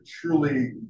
truly